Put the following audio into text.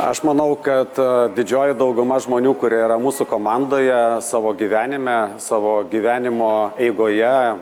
aš manau kad didžioji dauguma žmonių kurie yra mūsų komandoje savo gyvenime savo gyvenimo eigoje